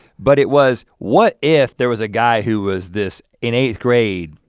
but it was what if there was a guy who was this, in eighth grade,